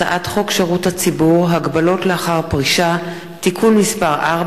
הצעת חוק שירות הציבור (הגבלות לאחר פרישה) (תיקון מס' 4)